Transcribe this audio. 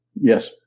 Yes